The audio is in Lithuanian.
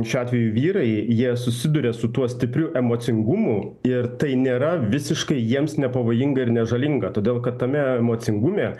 šiuo atveju vyrai jie susiduria su tuo stipriu emocingumu ir tai nėra visiškai jiems nepavojinga ir nežalinga todėl kad tame emocingume